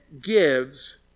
gives